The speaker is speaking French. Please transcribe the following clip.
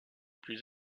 plus